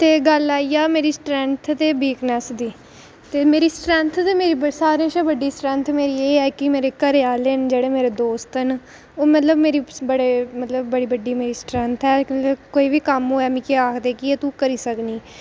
ते गल्ल आई जा मेरी स्ट्रैंथ ते वीकनेस दी ते मेरी स्ट्रैंथ ते मेरी सारें शा बड्डी स्ट्रैंथ एह् ऐ कि जेह्ड़े मेरे घरेआह्ले न मेरे दोस्त न ओह् मेरी मतलब मेरी बड़ी बड्डी स्ट्रैंथ ऐ मतलब कम्म होऐ ते मतलब मिगी आखदे एह् तू करी सकनी